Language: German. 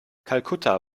kalkutta